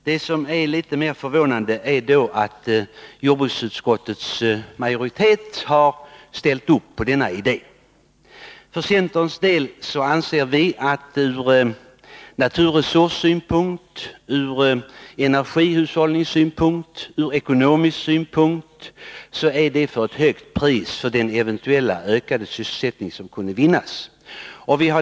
Vad som är litet mer förvånande är att jordbruksutskottets majoritet har ställt upp på denna idé. För centerns del anser vi att detta ur naturresurssynpunkt, ur energihushållningssynpunkt och ur ekonomisk synpunkt är ett för högt pris för den eventuella ökning av sysselsättningen som kunde vinnas.